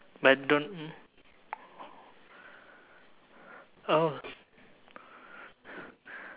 but don't oh